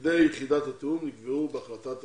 תפקידי יחידת התיאום נקבעו בהחלטת הממשלה.